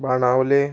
Benaulim